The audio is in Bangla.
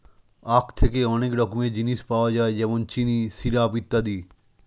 আখ থেকে অনেক রকমের জিনিস পাওয়া যায় যেমন চিনি, সিরাপ ইত্যাদি